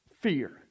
fear